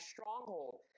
stronghold